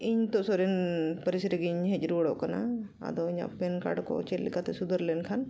ᱤᱧ ᱱᱤᱛᱚᱜ ᱥᱚᱨᱮᱱ ᱯᱟᱹᱨᱤᱥ ᱨᱮᱜᱮᱧ ᱦᱮᱡ ᱨᱩᱣᱟᱹᱲᱚᱜ ᱠᱟᱱᱟ ᱟᱫᱚ ᱤᱧᱟᱹᱜ ᱯᱮᱱ ᱠᱟᱨᱰ ᱠᱚ ᱪᱮᱫ ᱞᱮᱠᱟᱛᱮ ᱥᱩᱫᱷᱟᱹᱨ ᱞᱮᱱ ᱠᱷᱟᱱ